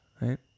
right